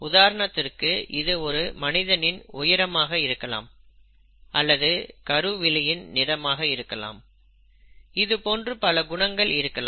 உதாரணத்திற்கு இது ஒரு மனிதனின் உயரமாக இருக்கலாம் அல்லது கருவிழியின் நிறமாக இருக்கலாம் இது போன்று பல குணங்கள் இருக்கலாம்